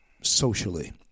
socially